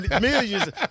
Millions